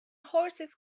horses